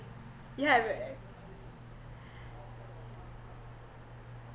yeah ver~